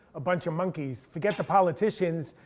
a bunch of monkeys. forget the politicians,